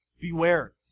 Beware